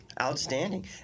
Outstanding